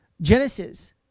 Genesis